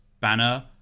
banner